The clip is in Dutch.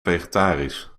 vegetarisch